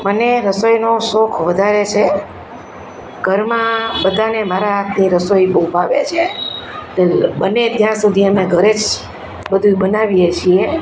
મને રસોઈનો શોખ વધારે છે ઘરમાં બધાને મારા હાથની રસોઈ બહુ ભાવે છે તીલ બને ત્યાં સુધી અમે ઘરે જ બધુંય બનાવીએ છીએ